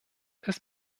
ist